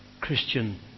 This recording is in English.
Christian